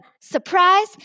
surprise